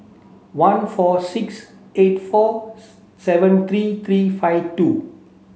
one four six eight four seven three three five two